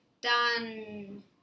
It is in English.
done